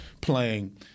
playing